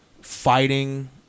fighting